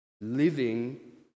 Living